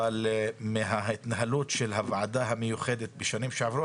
אבל מההתנהלות של הוועדה המיוחדת בשנים שעברו,